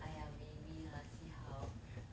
!aiya! maybe lah see how